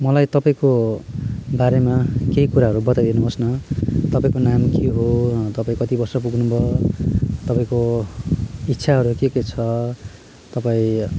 मलाई तपाईँको बारेमा केही कुराहरू बताइदिनु होस् न तपाईँको नाम के हो तपाईँ कति वर्ष पुग्नुभयो तपाईँको इच्छाहरू के के छ तपाईँ